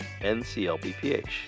NCLBPH